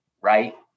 right